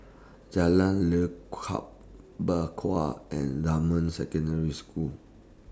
Jalan Lekub Bakau and Dunman Secondary School